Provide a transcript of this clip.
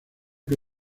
que